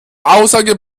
aussage